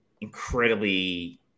incredibly